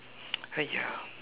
!haiya!